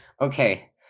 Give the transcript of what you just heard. Okay